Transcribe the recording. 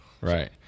Right